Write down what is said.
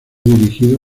dirigido